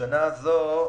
בשנה זו,